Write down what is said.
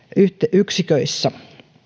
yksiköissä